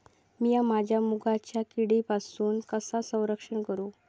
मीया माझ्या मुगाचा किडीपासून कसा रक्षण करू?